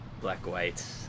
Black-White